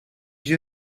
you